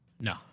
No